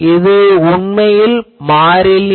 இது உண்மையில் மாறிலி